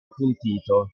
appuntito